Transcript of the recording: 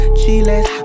chiles